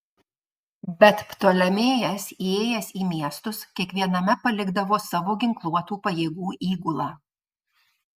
bet ptolemėjas įėjęs į miestus kiekviename palikdavo savo ginkluotų pajėgų įgulą